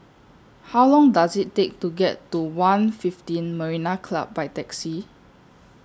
How Long Does IT Take to get to one fifteen Marina Club By Taxi